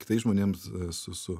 kitais žmonėm su su